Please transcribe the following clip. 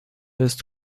jest